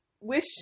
wish